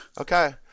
okay